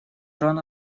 рано